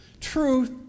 Truth